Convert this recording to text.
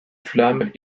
flammes